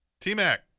T-Mac